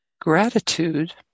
gratitude